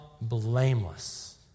blameless